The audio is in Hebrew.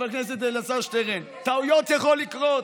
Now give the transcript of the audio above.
חבר הכנסת שטרן, טעויות יכולות לקרות,